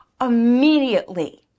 immediately